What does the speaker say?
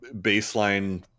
baseline